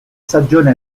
stagione